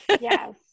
Yes